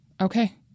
Okay